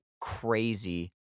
crazy